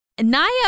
Naya